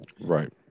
Right